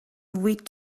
with